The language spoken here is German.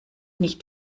nicht